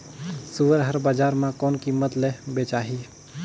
सुअर हर बजार मां कोन कीमत ले बेचाही?